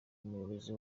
umuyobozi